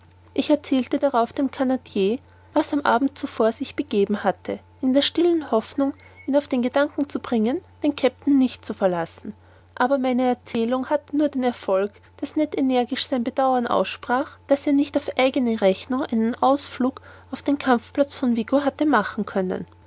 ich erzählte darauf dem canadier was am abend zuvor sich begeben hatte in der stillen hoffnung ihn auf den gedanken zu bringen den kapitän nicht zu verlassen aber meine erzählung hatte nur den erfolg daß ned energisch sein bedauern aussprach daß er nicht auf eigene rechnung einen ausflug auf den kampfplatz von vigo hatte machen können